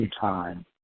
time